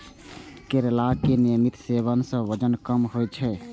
करैलाक नियमित सेवन सं वजन कम होइ छै